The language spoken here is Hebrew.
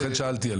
שלום לכולם,